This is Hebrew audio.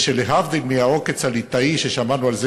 שלהבדיל מ"העוקץ הליטאי" ששמענו עליו